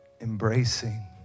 embracing